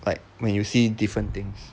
like when you see different things